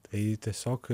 tai tiesiog